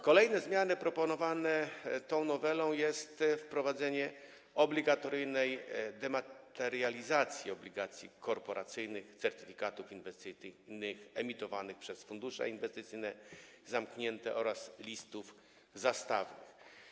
Kolejną zmianą proponowaną w tej noweli jest wprowadzenie obligatoryjnej dematerializacji obligacji korporacyjnych, certyfikatów inwestycyjnych emitowanych przez fundusze inwestycyjne zamknięte oraz listów zastawnych.